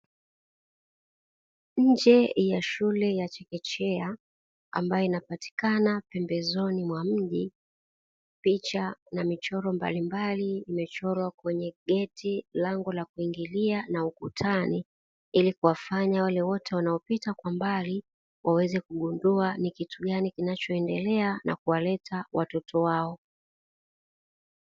Nje ya shule ya chekechea ambayo inapatikana pembezoni mwa mji, picha na michoro mbalimbali zimechorwa kwenye geti, lango la kuingilia na ukutani, ili kuwafanya wale wote wanaopita kwa mbali waweze kugundua ni kitu gani kinachoendelea na kuwaleta watoto wao.